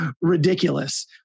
ridiculous